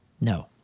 No